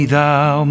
Thou